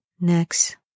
Next